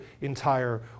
entire